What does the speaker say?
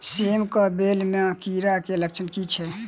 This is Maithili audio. सेम कऽ बेल म कीड़ा केँ लक्षण की छै?